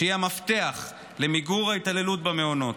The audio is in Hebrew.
שהיא המפתח למיגור ההתעללות במעונות.